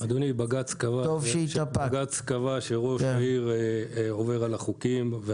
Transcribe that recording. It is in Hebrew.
בג"ץ קבע שראש העיר עובר על החוקים.